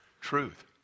Truth